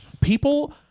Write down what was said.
people